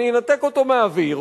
אני אנתק אותו מאוויר,